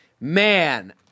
man